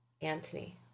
Antony